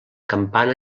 campana